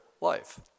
life